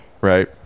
Right